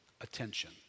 attention